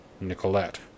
Nicolette